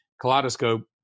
Kaleidoscope